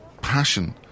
passion